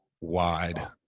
wide